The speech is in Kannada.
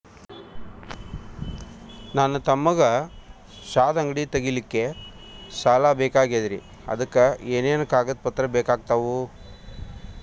ನನ್ನ ತಮ್ಮಗ ಚಹಾ ಅಂಗಡಿ ತಗಿಲಿಕ್ಕೆ ಸಾಲ ಬೇಕಾಗೆದ್ರಿ ಅದಕ ಏನೇನು ಕಾಗದ ಪತ್ರ ಬೇಕಾಗ್ತವು?